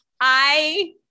I-